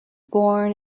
born